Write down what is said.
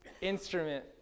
instrument